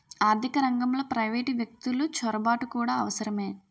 ఆర్థిక రంగంలో ప్రైవేటు వ్యక్తులు చొరబాటు కూడా అవసరమే